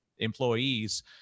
employees